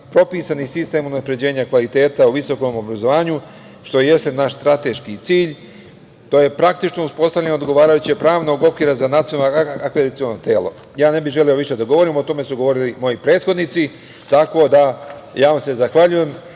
propisani sistem unapređenja kvaliteta o visokom obrazovanju što jeste naš strateški cilj. To je praktično uspostavljanje odgovarajućeg pravnog okvira za Nacionalno akreditaciono telo. Ne bih želeo više da govorim, o tome su govorili moji prethodnici, tako da ja vam se zahvaljujem